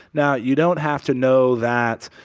now, you don't have to know that,